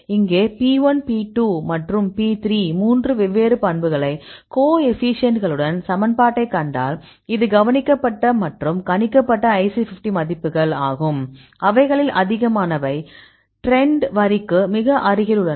இங்கே P 1 P 2 மற்றும் P 3 மூன்று வெவ்வேறு பண்புகளை கோஎஃபீஷியேன்ட்களுடன் சமன்பாட்டை கண்டால் இது கவனிக்கப்பட்ட மற்றும் கணிக்கப்பட்ட IC50 மதிப்புகள் ஆகும் அவைகளில் அதிகமானவை டிரன்ட் வரிக்கு மிக அருகில் உள்ளன